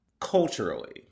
Culturally